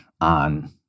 on